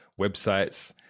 websites